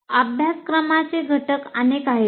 अभ्यासक्रमाचे घटक अनेक आहेत